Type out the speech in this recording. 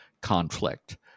conflict